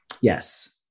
Yes